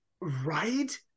Right